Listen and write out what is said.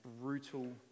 brutal